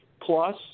plus